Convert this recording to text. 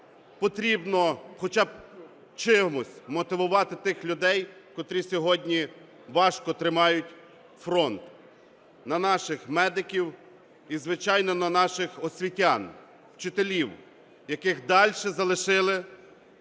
потрібно хоча б чимось мотивувати тих людей, котрі сьогодні важко тримають фронт, на наших медиків і, звичайно, на наших освітян, вчителів, яких дальше залишили